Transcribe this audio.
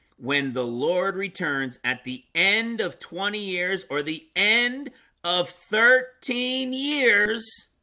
when the lord returns at the end of twenty years or the end of thirteen years